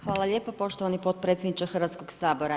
Hvala lijepo, poštovani potpredsjedniče Hrvatskog sabora.